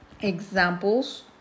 Examples